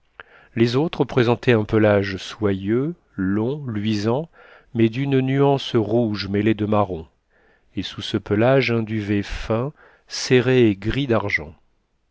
les autres présentaient un pelage soyeux long luisant mais d'une nuance rouge mêlée de marron et sous ce pelage un duvet fin serré et gris d'argent